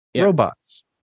Robots